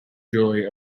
jewelry